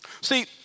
See